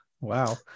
wow